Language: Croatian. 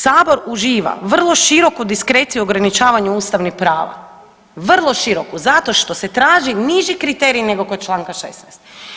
Sabor uživa vrlo široku diskreciju ograničavanja ustavnih prava, vrlo široku zato što se traži niži kriterij nego kod čl. 16.